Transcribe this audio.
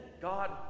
God